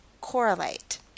correlate